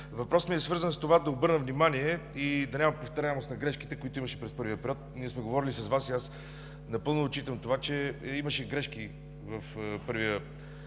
Въпросът ми е свързан с това да обърна внимание и да няма повтаряемост на грешките, които имаше през първия период. Ние с Вас сме говорили и аз напълно отчитам това, че имаше грешки в първия програмен